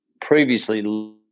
previously